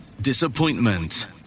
disappointment